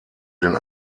den